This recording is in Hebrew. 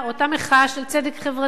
אותה מחאה של צדק חברתי,